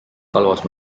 halvas